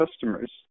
customers